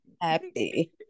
happy